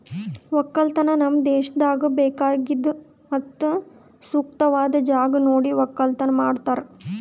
ಒಕ್ಕಲತನ ನಮ್ ದೇಶದಾಗ್ ಬೇಕಾಗಿದ್ ಮತ್ತ ಸೂಕ್ತವಾದ್ ಜಾಗ ನೋಡಿ ಒಕ್ಕಲತನ ಮಾಡ್ತಾರ್